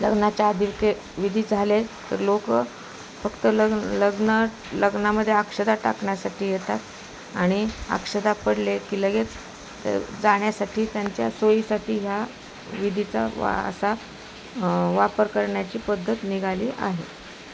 लग्नाच्या आदिवके विधी झालेत तर लोकं फक्त लग्न लग्न लग्नामध्ये अक्षता टाकण्यासाठी येतात आणि अक्षता पडले की लगेच तर जाण्यासाठी त्यांच्या सोयीसाठी ह्या विधीचा वा असा वापर करण्याची पद्धत निघाली आहे